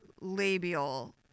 labial